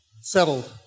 settled